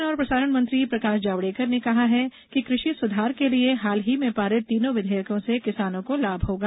सूचना और प्रसारण मंत्री प्रकाश जावड़ेकर ने कहा है कि कृषि सुधार के लिए हाल ही में पारित तीनों विधेयकों से किसानों को लाभ होगा